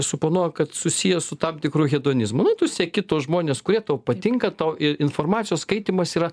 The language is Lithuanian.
suponuoja kad susiję su tam tikru hedonizmu nu tu seki tuos žmones kurie tau patinka tau informacijos skaitymas yra